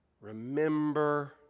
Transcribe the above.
Remember